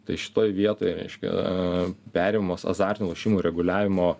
tai šitoj vietoj reiškia perimamos azartinių lošimų reguliavimo